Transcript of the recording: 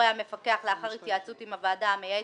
המפקח לאחר התייעצות עם הוועדה המייעצת,